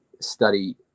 study